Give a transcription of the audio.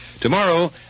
Tomorrow